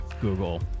Google